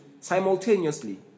simultaneously